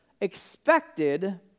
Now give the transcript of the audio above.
expected